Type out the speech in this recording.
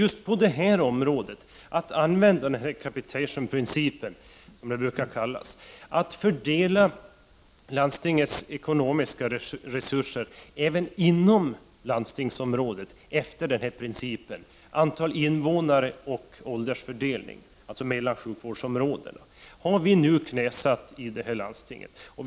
Tillämpningen av capitation-principen som den kallas, som innebär att landstingets ekonomiska resurser även inom landstingsområdet fördelas efter principen antal invånare och ålder inom sjukvårdsområdena, har vi emellertid knäsatt i vårt landstingsområde.